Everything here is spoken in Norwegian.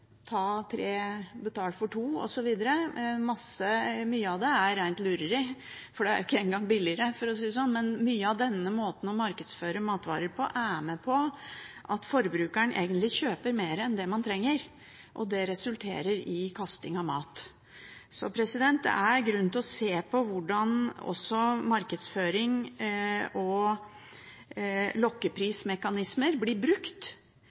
rent lureri, for det er ikke engang billigere. Men mye av denne måten å markedsføre matvarer på er med på å få forbrukerne til å kjøpe mer enn det de egentlig trenger. Det resulterer i kasting av mat. Det er grunn til også å se på hvordan markedsføring og lokkeprismekanismer blir brukt